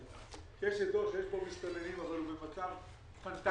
נניח שידוע שיש מסתננים אבל הרשות במצב פנטסטי.